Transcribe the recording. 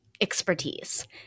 expertise